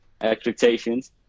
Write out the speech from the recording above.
Expectations